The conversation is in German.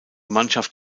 mannschaft